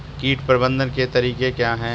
कीट प्रबंधन के तरीके क्या हैं?